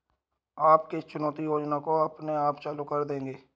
आप किस चुकौती योजना को अपने आप चालू कर देंगे?